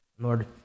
Lord